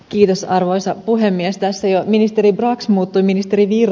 kiinassa arvoisa puhemies tässä ja ministeri brax mutta ministerin ja